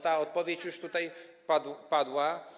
Ta odpowiedź już tutaj padła.